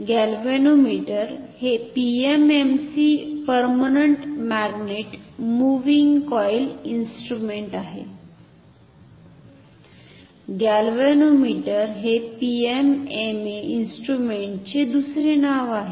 galvanometer हे PMMC permanent magnet moving coil instrument आहे galvanometer हे पीएमएमए इन्स्ट्रुमेंटचे दुसरे नाव आहे